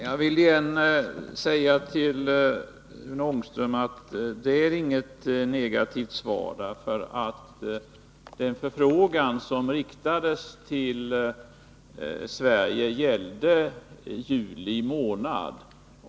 Herr talman! Jag vill återigen framhålla, Rune Ångström, att svaret inte är negativt. Den förfrågan som riktades till Sverige gällde ju juli månad.